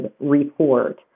report